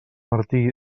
martí